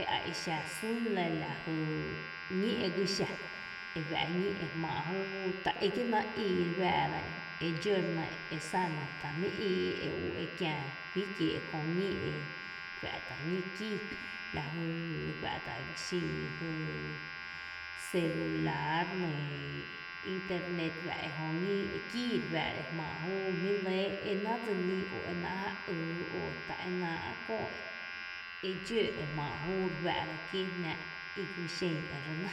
eaexa sún lɇ la jy ñí ega xa e fⱥ’ ñí e jmáá’ júú ta ekie náá’ ii re fⱥⱥ’ ra e dxó re nɇ, e san re nɇ, ta jmí’ íí e ú e kiä fí kiee’ kö ñí e fⱥⱥ’ tá’ ñí kíí lajy fⱥ’ ta’ exin jyy celular nɇɇ, internet e fⱥ’ ñí e kíí ejmá’ júú jmí’ lɇ e náá’ dselí o e náá’ ja yy o ta e náá’ köö e dxo e jmá’ júú ekiéé jnáá’ i xen ere nɇ.